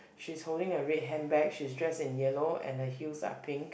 she's holding a red hand bag she's dressed in yellow and her heels are pink